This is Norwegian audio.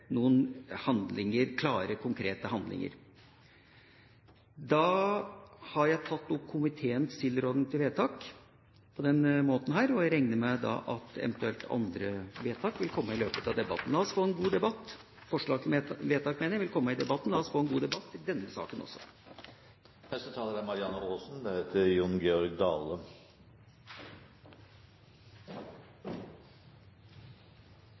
noen klare, konkrete handlinger. Da har jeg lagt fram komiteens tilråding og forslag til vedtak på denne måten, og jeg regner med at eventuelt andre forslag vil komme i løpet av debatten. La oss få en god debatt i denne saken også. Nok en gang diskuterer vi i Stortinget mobbing, som er